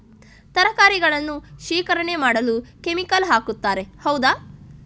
ತರಕಾರಿಗಳನ್ನು ಶೇಖರಣೆ ಮಾಡಲು ಕೆಮಿಕಲ್ ಹಾಕುತಾರೆ ಹೌದ?